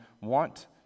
want